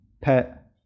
pet